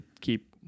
keep